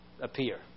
appear